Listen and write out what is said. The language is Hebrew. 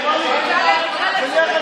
אל תפריע לי.